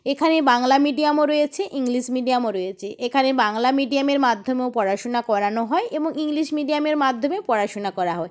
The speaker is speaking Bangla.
এখানে বাংলা মিডিয়ামও রয়েছে ইংলিশ মিডিয়ামও রয়েছে এখানে বাংলা মিডিয়ামের মাধ্যমেও পড়াশুনা করানো হয় এবং ইংলিশ মিডিয়ামের মাধ্যমেও পড়াশুনা করা হয়